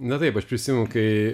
na taip aš prisimenu kai